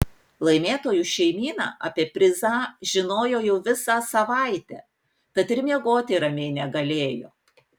laimėtojų šeimyna apie prizą žinojo jau visą savaitę tad ir miegoti ramiai negalėjo